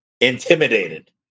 Intimidated